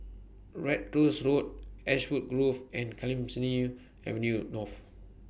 Ratus Road Ashwood Grove and Clemenceau Avenue North